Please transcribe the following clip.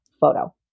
photo